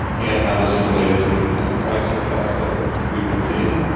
and how this is related to the kinds of price effects that we've been seeing.